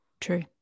True